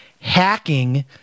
hacking